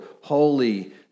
holy